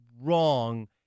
wrong